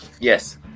Yes